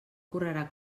correrà